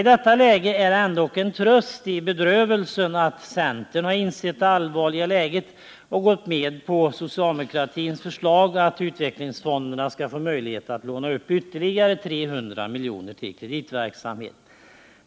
I detta läge är det ändå en tröst i bedrövelsen att centern har insett det allvarliga i läget och gått med på socialdemokraternas förslag att utvecklingsfonderna skall få möjlighet att låna upp ytterligare 300 miljoner till kreditverksamhet.